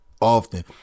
often